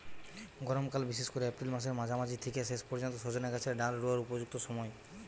গরমকাল বিশেষ কোরে এপ্রিল মাসের মাঝামাঝি থিকে শেষ পর্যন্ত সজনে গাছের ডাল রুয়ার উপযুক্ত সময়